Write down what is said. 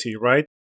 right